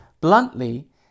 bluntly